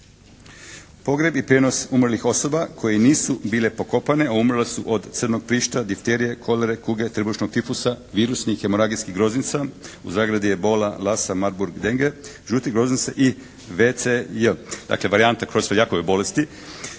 Pogreb i prijenos umrlih osoba koje nisu bile pokopane a umrle su od crnog prišta, difterije, kolere, kuge, trbušnog tifusa, virusnih hemoragijskih groznica (Ebola, Lassa, Marburg, denge, žute groznice i vCJ). Dakle varijante Krosojakove bolesti.